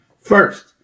First